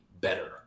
better